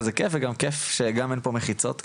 אז זה כיף וגם כיף שגם אין פה מחיצות כבר,